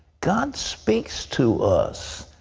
god speaks to us.